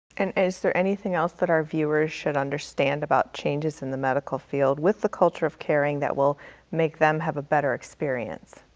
and is there anything else that our viewers should understand about changes in the medical field with the culture of caring that will make them have a better experience?